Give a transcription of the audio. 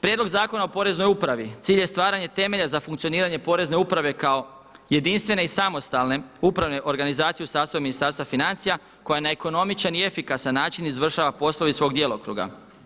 Prijedlog zakona o Poreznoj upravi, cilj je stvaranje temelja za funkcioniranje Porezne uprave kao jedinstvene i samostalne upravne organizacije u sastavu Ministarstva financija koja na ekonomičan i efikasan način izvršava poslove iz svog djelokruga.